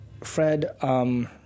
Fred